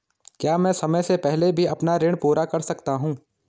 क्या मैं समय से पहले भी अपना ऋण पूरा कर सकता हूँ?